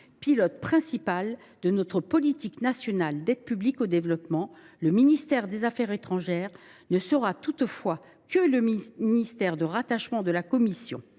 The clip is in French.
Pilote principal de notre politique nationale d’aide publique au développement, le ministère des affaires étrangères ne sera toutefois que le ministère de rattachement de la commission